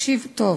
תקשיב טוב: